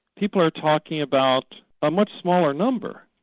people are talking about a much smaller number,